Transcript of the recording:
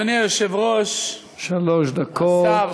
אדוני היושב-ראש, השר,